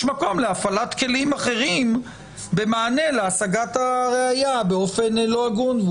יש מקום להפעלת כלים אחרים במענה להשגת הראיה באופן לא הגון.